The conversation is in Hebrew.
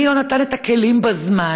מי לא נתן את הכלים בזמן,